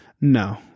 No